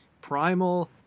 Primal